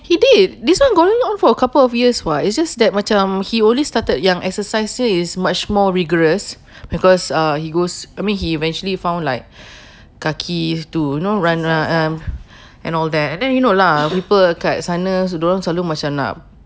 he did this [one] going on for a couple of years [what] it's just that macam he only started yang exercise is much more rigorous because err he goes I mean he eventually found like kaki to you know ru~ run and all there and then you know lah people kat sana dorang selalu macam nak